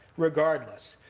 regardless.